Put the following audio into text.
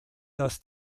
dass